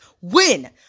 win